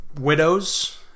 Widows